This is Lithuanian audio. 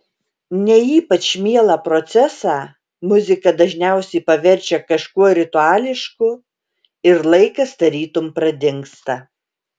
ne ypač mielą procesą muzika dažniausiai paverčia kažkuo rituališku ir laikas tarytum pradingsta